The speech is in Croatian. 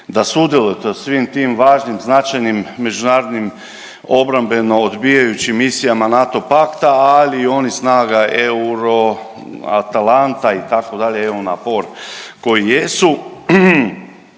da sudjelujete u svim tim važnim, značajnim, međunarodnim obrambeno odbijajućim misijama NATO pakta ali i onih snaga EURO Atalanta itd. EUNAVFOR koji jesu